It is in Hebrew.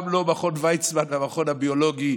גם לא מכון ויצמן והמכון הביולוגי,